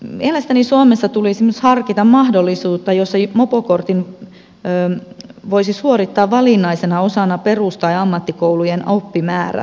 mielestäni suomessa tulisi myös harkita mahdollisuutta jossa mopokortin voisi suorittaa valinnaisena osana perus tai ammattikoulujen oppimäärää